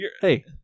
Hey